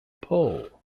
pole